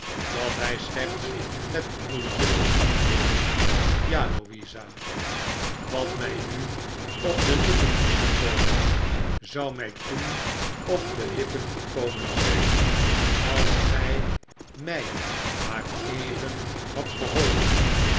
dat hij slechts met moeite kon antwoorden ja louisa wat mij nu op de lippen is gekomen zou mii toen op de lippen gekomen zijn als gij mi maar even hadt geholpen